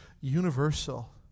universal